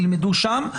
ילמדו שם,